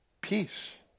peace